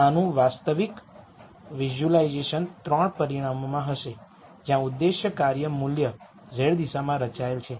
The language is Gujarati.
તેથી આનું વાસ્તવિક વિઝ્યુલાઇઝેશન 3 પરિમાણોમાં હશે જ્યાં ઉદ્દેશ કાર્ય મૂલ્ય z દિશામાં રચાયેલ છે